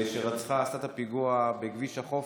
שעשתה את הפיגוע בכביש החוף,